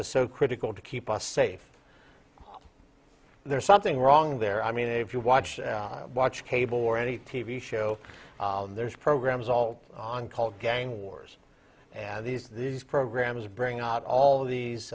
is so critical to keep us safe there's something wrong there i mean if you watch watch cable or any t v show there's programs all on called gang wars and these these programs bring out all these